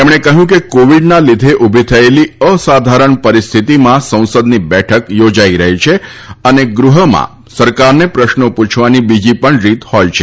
તેમણે કહ્યું કે કોવિડના લીધી ઉભી થયેલી અસાધારણ પરિસ્થિતિમાં સંસદની બેઠક યોજાઇ રહી છે અને ગૃહમાં સરકારને પ્રશ્નો પૂછવાની બીજી પણ રીત હોય છે